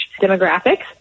demographics